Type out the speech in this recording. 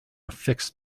fixed